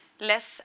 less